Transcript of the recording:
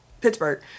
Pittsburgh